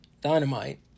Dynamite